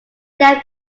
that